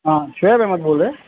ہاں شعیب احمد بول رہے ہیں